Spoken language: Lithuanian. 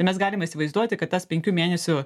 mes galime įsivaizduoti kad tas penkių mėnesių